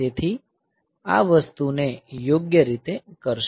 તેથી તે આ વસ્તુને યોગ્ય રીતે કરશે